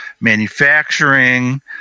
manufacturing